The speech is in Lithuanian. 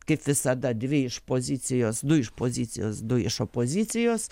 kaip visada dvi iš pozicijos du iš pozicijos du iš opozicijos